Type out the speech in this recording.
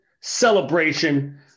celebration